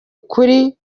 ukuri